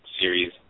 series